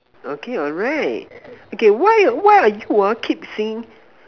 okay alright okay why why are why are you ah keep saying